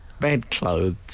bedclothes